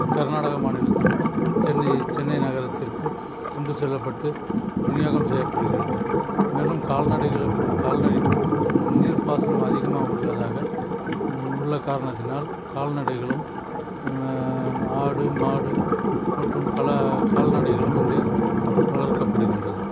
கர்நாடகா மாநிலத்துக்கும் சென்னை சென்னை நகரத்திற்கும் கொண்டு செல்லப்பட்டு விநியோகம் செய்யப்படுகிறது மேலும் கால்நடைகள் இப்போது கால்நடை நீர்ப்பாசனம் அதிகமாக உள்ளதாக உள்ள காரணத்தினால் கால்நடைகளும் ஆடு மாடு மற்றும் பல கால்நடைகளும் இங்கே வளர்க்கப்படுகின்றது